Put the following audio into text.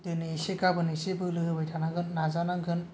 दिनै इसे गाबोन इसे बोलो होबाय थानांगोन नाजानांगोन